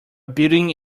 building